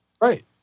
right